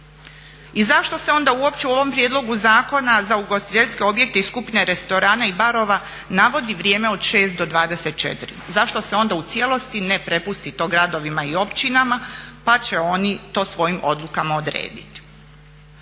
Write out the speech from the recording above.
I zašto se onda uopće u ovom prijedlogu zakona za ugostiteljske objekte iz skupine restorana i barova navodi vrijeme od 6 do 24? Zašto se onda u cijelosti ne prepusti to gradovima i općinama pa će oni to svojim odlukama odrediti.